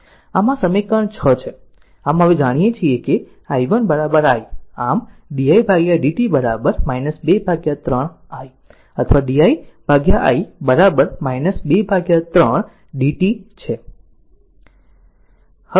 આમ હવે આપણે જાણીએ છીએ કે i1 i આમ di dt 2 3 i અથવા di I two third dt છે